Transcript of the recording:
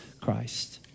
Christ